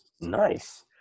Nice